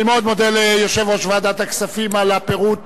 אני מאוד מודה ליושב-ראש ועדת הכספים על הפירוט